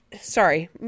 sorry